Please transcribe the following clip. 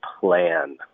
plan